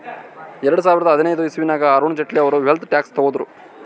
ಎರಡು ಸಾವಿರದಾ ಹದಿನೈದನೇ ಇಸವಿನಾಗ್ ಅರುಣ್ ಜೇಟ್ಲಿ ಅವ್ರು ವೆಲ್ತ್ ಟ್ಯಾಕ್ಸ್ ತಗುದ್ರು